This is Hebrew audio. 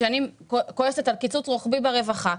כשאני כועסת על קיצוץ רוחבי ברווחה,